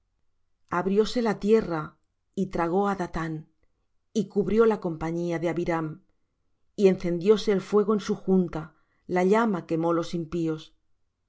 jehová abrióse la tierra y tragó á dathán y cubrió la compañía de abiram y encendióse el fuego en su junta la llama quemó los impíos